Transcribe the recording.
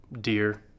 dear